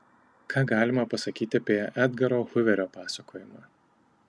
ką galima pasakyti apie edgaro huverio pasakojimą